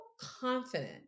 confident